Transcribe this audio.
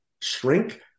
shrink